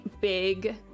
big